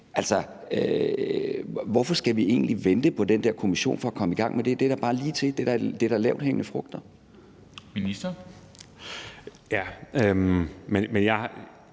Hvorfor skal vi egentlig vente på den der kommission for at komme i gang med det? Det er da bare ligetil, det er da lavthængende frugter. Kl. 15:47 Formanden